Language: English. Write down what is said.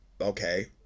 okay